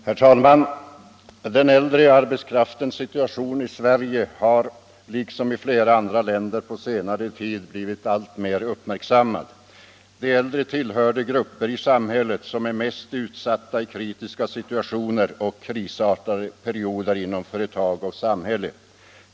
Herr talman! Den äldre arbetskraftens situation i Sverige har liksom i flera andra länder på senare tid blivit alltmer uppmärksammad. De äldre tillhör de grupper i samhället som är mest utsatta i kritiska situationer och krisartade perioder inom företag och samhälle.